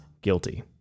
guilty